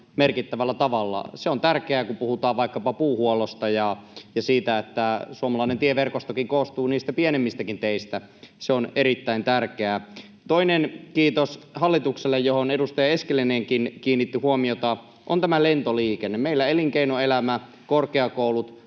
merkittävällä tavalla. Se on tärkeää, kun puhutaan vaikkapa puuhuollosta ja siitä, että suomalainen tieverkostokin koostuu niistä pienemmistäkin teistä. Se on erittäin tärkeää. Toinen kiitos hallitukselle — tähän edustaja Eskelinenkin kiinnitti huomiota — tulee tästä lentoliikenteestä. Meillä elinkeinoelämä ja korkeakoulut